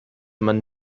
man